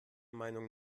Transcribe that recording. meinung